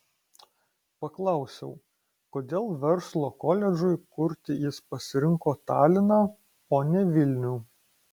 paklausiau kodėl verslo koledžui kurti jis pasirinko taliną o ne vilnių